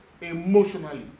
emotionally